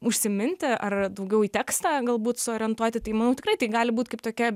užsiminti ar daugiau į tekstą galbūt suorientuoti tai manau tikrai gali būt kaip tokia